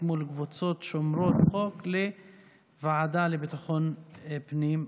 מול קבוצות שומרות חוק לוועדה לביטחון הפנים.